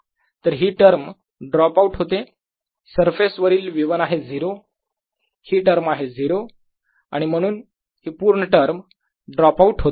तर हि term drop out होते सरफेस वरील V1 आहे 0 हि टर्म आहे 0 आणि म्हणून हि पूर्ण टर्म ड्रॉप आऊट होते